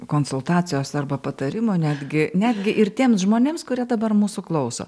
konsultacijos arba patarimo netgi netgi ir tiems žmonėms kurie dabar mūsų klauso